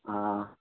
हाँ